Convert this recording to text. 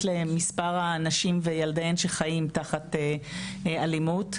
למספר הנשים וילדיהם שחיים תחת אלימות.